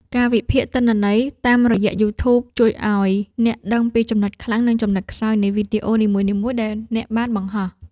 ការវិភាគទិន្នន័យតាមរយៈ យូធូប ជួយឱ្យអ្នកដឹងពីចំណុចខ្លាំង និងចំណុចខ្សោយនៃវីដេអូនីមួយៗដែលអ្នកបានបង្ហោះ។